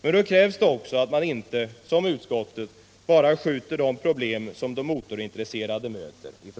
Men då krävs det också att man inte, såsom utskottet gör, bara skjuter ifrån sig de problem som de motorintresserade möter.